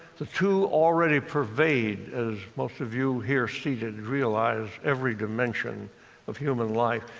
the two already pervade, as most of you here seated realize, every dimension of human life.